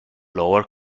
lower